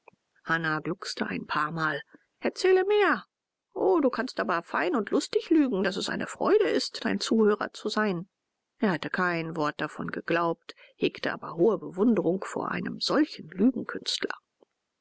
gluckste ein paarmal erzähle mehr o du kannst aber fein und lustig lügen daß es eine freude ist dein zuhörer zu sein er hatte kein wort davon geglaubt hegte aber hohe bewunderung vor einem solchen